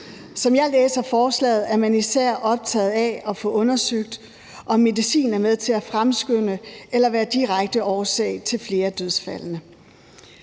Som jeg læser forslaget, er man især optaget af at få undersøgt, om medicin er med til at fremskynde eller være direkte årsag til flere af dødsfaldene.